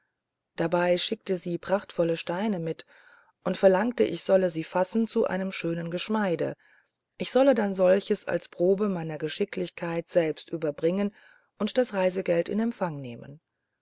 dabei schickte sie prachtvolle steine mit und verlangte ich solle sie fassen zu einem schönen geschmeide ich solle dann solches als probe meiner geschicklichkeit selbst überbringen und das reisegeld in empfang nehmen